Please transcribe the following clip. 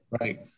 right